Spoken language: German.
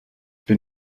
bin